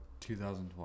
2012